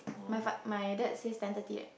my fa~ my dad says ten thirty right